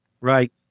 Right